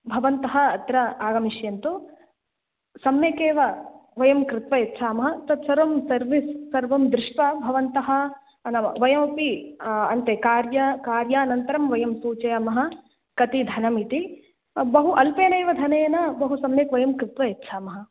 भवन्तः अत्र आगमिष्यन्तु सम्यगेव वयं कृत्वा यच्छामः तत्सर्वं सर्विस् सर्वं दृष्ट्वा भवन्तः न वयमपि अन्ते कार्यं कार्यानन्तरं वयं सूचयामः कियत् धनम् इति बहु अल्पेनैव धनेन बहु सम्यक् वयं कृत्वा यच्छामः